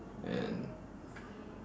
and